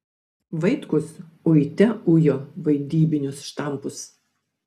vaitkus uite ujo vaidybinius štampus